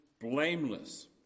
blameless